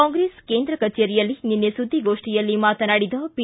ಕಾಂಗ್ರೆಸ್ ಕೇಂದ್ರ ಕಚೇರಿಯಲ್ಲಿ ನಿನ್ನೆ ಸುದ್ದಿಗೋಪ್ಠಿಯಲ್ಲಿ ಮಾತನಾಡಿದ ಪಿ